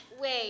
Wait